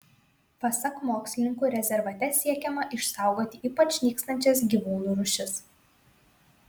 pasak mokslininkų rezervate siekiama išsaugoti ypač nykstančias gyvūnų rūšis